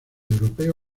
europeo